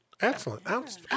Excellent